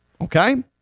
Okay